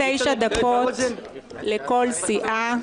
9 דקות לכל סיעה.